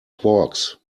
quarks